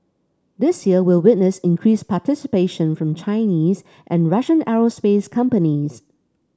this year will witness increased participation from Chinese and Russian aerospace companies